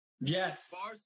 Yes